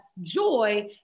joy